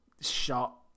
shot